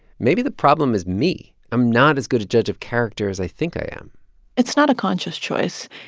maybe the problem is me. i'm not as good a judge of character as i think i am it's not a conscious choice.